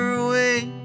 away